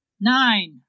Nine